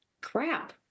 crap